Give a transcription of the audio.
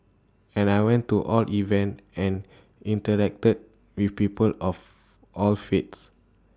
and I went to all events and interacted with people of all faiths